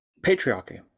patriarchy